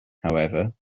however